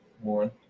one